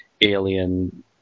alien